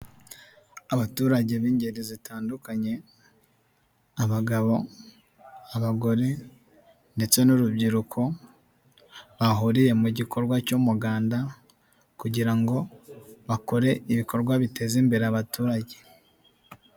Abaturage b'ingeri zitandukanye, abagabo, abagore ndetse n'urubyiruko, bahuriye mu gikorwa cy'umuganda kugira ngo bakore ibikorwa biteza imbere abaturage.